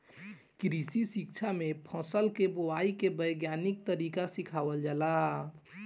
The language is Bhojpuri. कृषि शिक्षा में फसल के बोआई के वैज्ञानिक तरीका सिखावल जाला